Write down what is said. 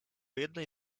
jednej